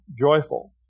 joyful